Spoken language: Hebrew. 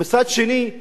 לא חמישה מבנים,